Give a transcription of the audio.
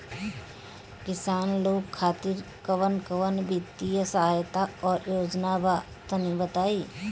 किसान लोग खातिर कवन कवन वित्तीय सहायता और योजना बा तनि बताई?